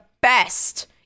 best